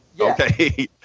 okay